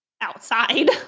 outside